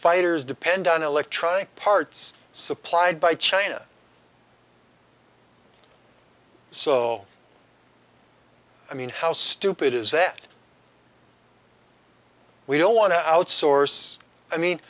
fighters depend on electronic parts supplied by china so i mean how stupid is that we don't want to outsource i mean